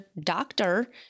doctor